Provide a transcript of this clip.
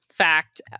fact